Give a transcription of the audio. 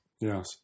Yes